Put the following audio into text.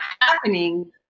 happening